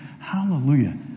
hallelujah